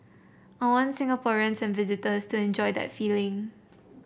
I want Singaporeans and visitors to enjoy that feeling